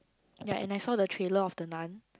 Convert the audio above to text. ya and I saw the trailer of the Nun